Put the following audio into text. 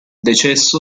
decesso